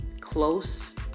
close